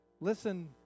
listen